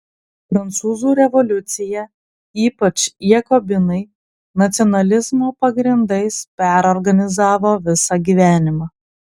prancūzų revoliucija ypač jakobinai nacionalizmo pagrindais perorganizavo visą gyvenimą